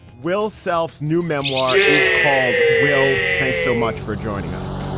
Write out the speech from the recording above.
will selfs new memoir is called. will, thanks so much for joining us.